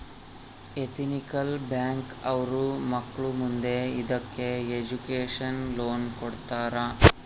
ethical bank ಅವ್ರು ಮಕ್ಳು ಮುಂದೆ ಇದಕ್ಕೆ ಎಜುಕೇಷನ್ ಲೋನ್ ಕೊಡ್ತಾರ